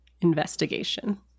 investigation